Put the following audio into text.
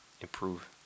improve